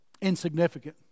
insignificant